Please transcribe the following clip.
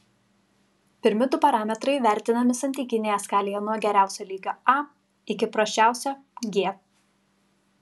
pirmi du parametrai vertinami santykinėje skalėje nuo geriausio lygio a iki prasčiausio g